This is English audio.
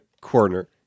corner